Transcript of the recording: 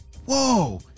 Whoa